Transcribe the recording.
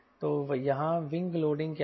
तो यहाँ wing loading क्या है